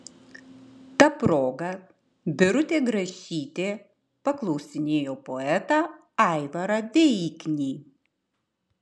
ta proga birutė grašytė paklausinėjo poetą aivarą veiknį